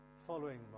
following